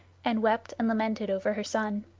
and wept and lamented over her son.